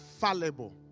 fallible